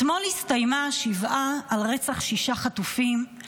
אתמול הסתיימה השבעה על רצח שישה חטופים,